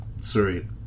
sorry